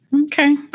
Okay